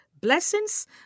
blessings